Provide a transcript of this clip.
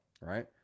right